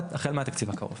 החל מהתקציב הקרוב.